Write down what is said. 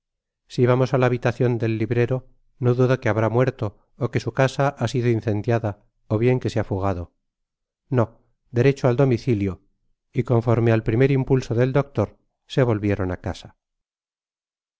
si vamos á la habitacion del librero no dudo que habrá muerto ó que su casa ha sido incendiada ó bien que se ha fugado no derecho al domicilio y conforme al primer impulso del doctor se volvieron á casa